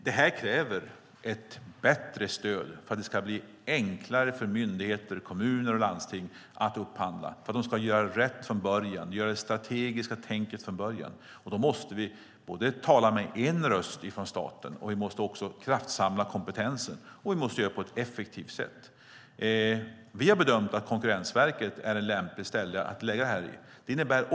Det kräver ett bättre stöd för att det ska bli enklare för myndigheter, kommuner och landsting att upphandla. På så sätt kan de göra rätt från början, ha med det strategiska tänkandet från början. Då måste vi tala med en röst från staten och kraftsamla kompetensen, och det måste vi göra på ett effektivt sätt. Vi har bedömt att det är lämpligt att lägga dessa uppgifter på Konkurrensverket.